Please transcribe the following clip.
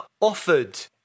offered